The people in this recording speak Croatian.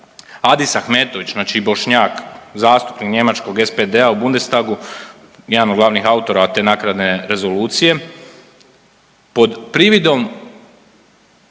Adis Ahmetović znači Bošnjak, zastupnik njemačkog SPD-a u Bundestagu jedan od glavnih autora te nakaradne rezolucije pod prividom